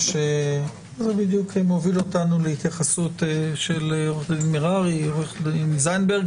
זה בדיוק מוביל אותנו להתייחסות של עורכת הדין מררי ועורך דין זנדברג,